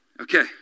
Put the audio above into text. Okay